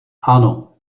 ano